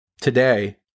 Today